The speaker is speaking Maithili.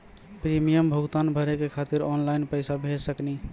प्रीमियम भुगतान भरे के खातिर ऑनलाइन पैसा भेज सकनी?